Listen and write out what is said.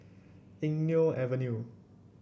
Eng Neo Avenue